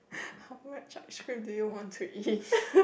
how much ice cream do you want to eat